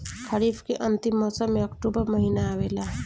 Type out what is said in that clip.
खरीफ़ के अंतिम मौसम में अक्टूबर महीना आवेला?